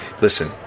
Listen